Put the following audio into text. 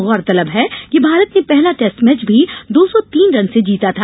गौरतलब है कि भारत ने पहला टेस्ट मैच भी दो सौ तीन रन से जीता था